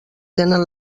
tenen